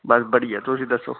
बस बढ़िया तुस दस्सो